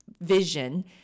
vision